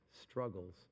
struggles